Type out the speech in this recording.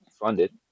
funded